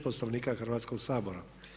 Poslovnika Hrvatskog sabora.